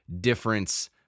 difference